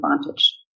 advantage